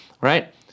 right